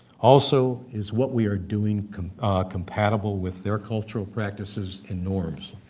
also, is what we are doing compatible with their cultural practices and norms?